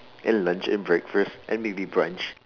and lunch and breakfast and maybe brunch